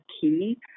key